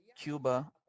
Cuba